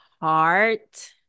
heart